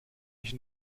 ich